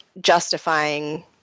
justifying